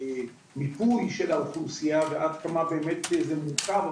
מיפוי של האוכלוסייה ועד כמה באמת זה מורכב.